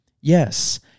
Yes